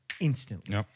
instantly